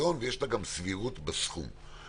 היגיון וגם יש סבירות בסכום.